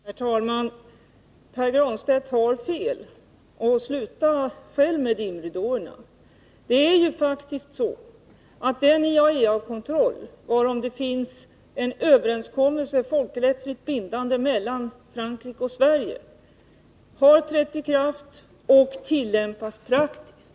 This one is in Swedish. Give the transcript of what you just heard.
Herr talman! Pär Granstedt har fel. Sluta själv med att lägga ut dimridåer! Det är faktiskt så att den IAEA-kontroll varom det finns en folkrättsligt bindande överenskommelse mellan Frankrike och Sverige har trätt i kraft och tillämpas praktiskt.